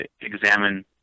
examine